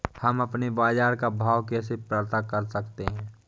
हम अपने बाजार का भाव कैसे पता कर सकते है?